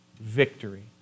victory